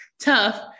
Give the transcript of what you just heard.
tough